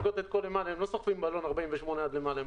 הם לא סוחבים בלון 48 עד למעלה,